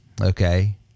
Okay